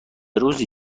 روزی